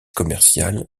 commercial